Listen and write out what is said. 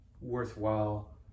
worthwhile